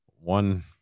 One